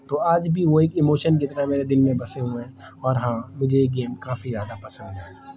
تو آج بھی وہ ایک ایموشن کی طرح میرے دل میں بسے ہوئے ہیں اور ہاں مجھے یہ گیم کافی زیادہ پسند ہیں